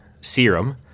serum